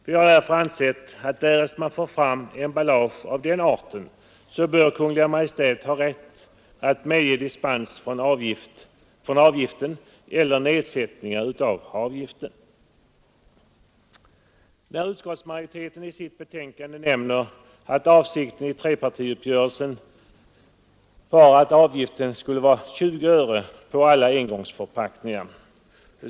Vi har därför ansett att om man får fram mer miljövänliga emballage bör Kungl. Maj:t ha rätt att medge dispens från avgiften eller nedsättningar av avgiften. Utskottsmajoriteten nämner i sitt betänkande att avsikten i trepartiuppgörelsen var att avgiften skulle vara 20 öre på alla engångsförpackningar.